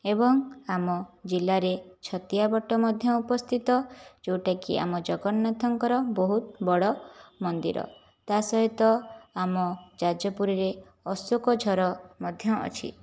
ଏବଂ ଆମ ଜିଲ୍ଲାରେ ଛତିଆବଟ ମଧ୍ୟ ଅବସ୍ଥିତ ଯେଉଁଟାକି ଆମ ଜଗନ୍ନାଥଙ୍କର ବହୁତ ବଡ଼ ମନ୍ଦିର ତା' ସହିତ ଆମ ଯାଜପୁରରେ ଅଶୋକଝର ମଧ୍ୟ ଅଛି